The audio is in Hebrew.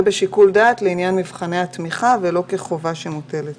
זה בשיקול דעת לעניין מבחני התמיכה ולא כחובה שמוטלת